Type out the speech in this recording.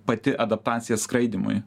pati adaptacija skraidymui